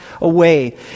away